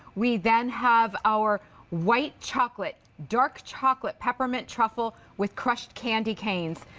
we then have our white chocolate, dark chocolate peppermint truffle with crushed candy canes.